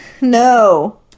No